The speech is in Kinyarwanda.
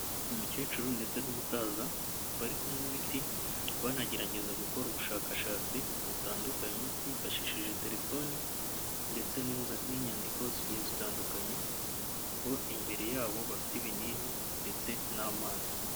Umukecuru ndetse n'umusaza, bari kunywa imiti banagerageza gukora ubushakashatsi butandukanye bifashishije telefone, ndetse n'inyandiko zigiye zitandukanye. Aho imbere yabo bafite ibinini ndetse n'amazi,